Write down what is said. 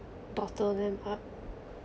bottle them up